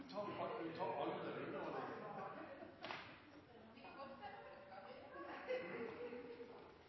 han har lyst til å